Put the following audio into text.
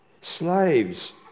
Slaves